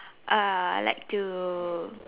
uh I like to